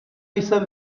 jsem